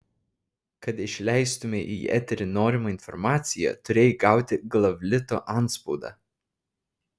kad išleistumei į eterį norimą informaciją turėjai gauti glavlito antspaudą